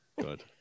Good